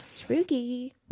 Spooky